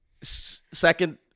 second